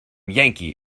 yankee